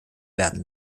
werden